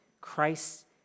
Christ